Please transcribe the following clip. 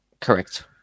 correct